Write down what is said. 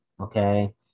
okay